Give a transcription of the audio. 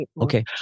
Okay